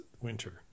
winter